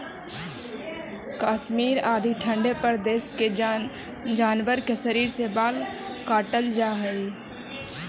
कश्मीर आदि ठण्ढे प्रदेश के जानवर के शरीर से बाल काटल जाऽ हइ